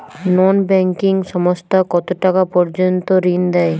নন banking সংস্থা কতটাকা পর্যন্ত ঋণ দেয়?